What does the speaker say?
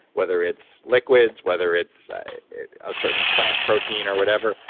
whether it's liquids whether it's a certain plant protein or whatever.